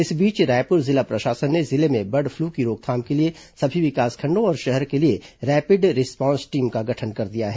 इस बीच रायपुर जिला प्रशासन ने जिले में बर्ड फ्लू की रोकथाम के लिए सभी विकासखंडों और शहर के लिए रैपिड रिस्पांस टीम का गठन कर दिया है